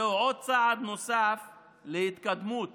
זהו צעד נוסף להתקדמות